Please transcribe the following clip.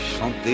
chanter